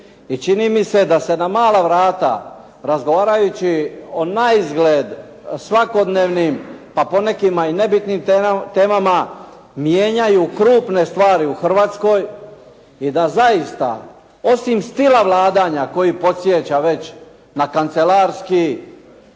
i čini mi se da se na mala vrata razgovarajući o naizgled svakodnevnim pa po nekima i nebitnim temama mijenjaju krupne stvari u Hrvatskoj i da zaista osim stila vladanja koji podsjeća već na kancelarski